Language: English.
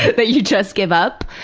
but you you just give up,